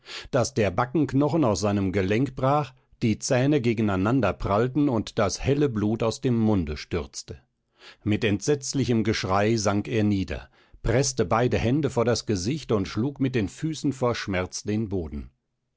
daß der backenknochen aus seinem gelenk brach die zähne gegeneinander prallten und das helle blut aus dem munde stürzte mit entsetzlichem geschrei sank er nieder preßte beide hände vor das gesicht und schlug mit den füßen vor schmerz den boden